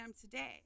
today